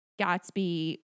Gatsby